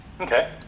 Okay